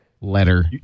letter